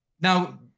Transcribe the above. Now